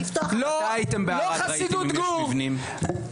מתי הייתם בערד ראיתם אם יש מבנים?